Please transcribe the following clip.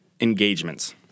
Engagements